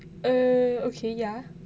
err okay ya